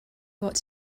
bought